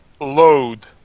Load